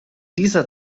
dieser